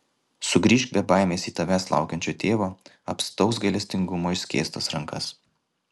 sugrįžk be baimės į tavęs laukiančio tėvo apstaus gailestingumo išskėstas rankas